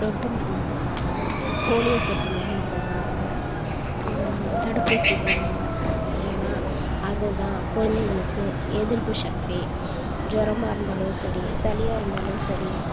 சொட்டு மருந்து போடுவாங்க போலியோ சொட்டு மருந்து போடுவாங்க தடுப்பூசி போடுவாங்க ஏன்னா அது தான் குழந்தைங்களுக்கு எதிர்ப்பு சக்தி ஜூரமாக இருந்தாலும் சரி சளியாக இருந்தாலும் சரி